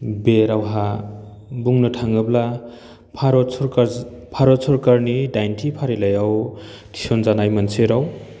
बे रावहा बुंनो थाङोब्ला भारत सरकार भारत सरकारनि दाइनथि फारिलाइयाव थिसनजानाय मोनसे राव